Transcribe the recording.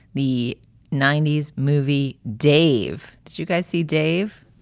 the ninety s movie. dave, did you guys see dave?